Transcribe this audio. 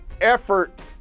effort